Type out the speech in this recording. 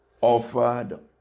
offered